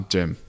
Jim